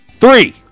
Three